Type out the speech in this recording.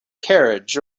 carriage